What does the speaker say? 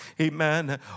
Amen